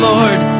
Lord